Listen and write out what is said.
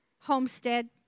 Homestead